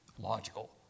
logical